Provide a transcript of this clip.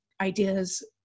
Ideas